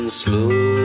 slow